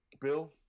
Bill